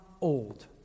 old